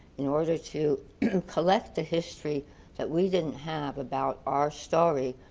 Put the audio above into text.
in order to collect the history that we didn't have about our story,